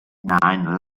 nine